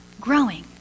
growing